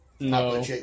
No